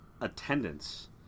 attendance